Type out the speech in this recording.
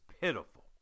pitiful